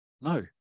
no